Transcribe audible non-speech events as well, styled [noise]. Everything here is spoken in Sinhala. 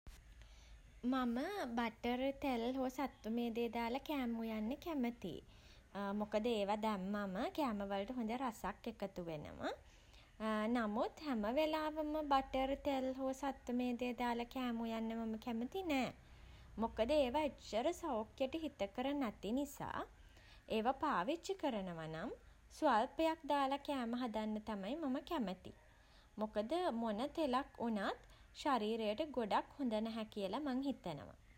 මම [hesitation] බටර් තෙල් හෝ සත්ව මේදය දාලා කෑම උයන්න කැමතියි. [hesitation] මොකද ඒවා දැම්මම කෑම වලට හොඳ රසක් එකතු වෙනවා. [hesitation] නමුත් හැමවෙලේම බටර් තෙල් හෝ සත්ව මේදය දාලා කෑම උයන්න මම කැමති නෑ. මොකද ඒවා එච්චර සෞඛ්‍යයට හිතකර නැති නිසා. ඒවා පාවිච්චි කරනවා නම් [hesitation] ස්වල්පයක් දාලා කෑම හදන්න තමයි මම කැමති. මොකද [hesitation] මොන තෙලක් වුණත් [hesitation] ශරීරයට ගොඩක් හොඳ නැහැ කියලා මං හිතනවා.